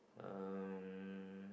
um